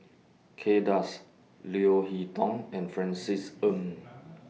Kay Das Leo Hee Tong and Francis Ng